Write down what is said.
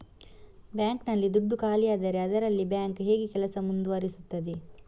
Bank ನಲ್ಲಿ ದುಡ್ಡು ಖಾಲಿಯಾದರೆ ಅದರಲ್ಲಿ ಬ್ಯಾಂಕ್ ಹೇಗೆ ಕೆಲಸ ಮುಂದುವರಿಸುತ್ತದೆ?